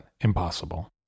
impossible